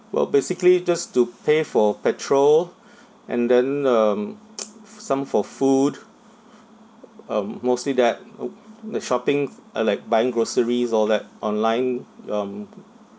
uh basically just to pay for petrol and then um some for food um mostly that the shopping uh like buying groceries all that online um